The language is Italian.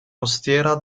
costiera